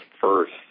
first